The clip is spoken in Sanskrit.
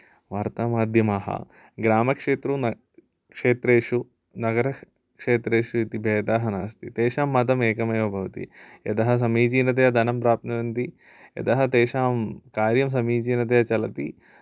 वार्तामाध्यमाः ग्रामक्षेत्रेषु न क्षेत्रेषु नगरक्षेत्रेषु इति भेदः नास्ति तेषां माध्यमः एकः एव भवति यतः समीचिनतया धनं प्राप्नुवन्ति यतः तेषां कार्यं समीचिनतया चलति